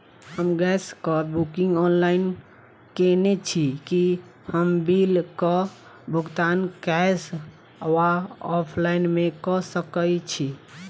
हम गैस कऽ booking online केने छी, की हम बिल कऽ भुगतान कैश वा ऑफलाइन मे कऽ सकय छी?